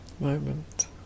moment